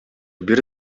бир